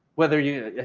whether you yeah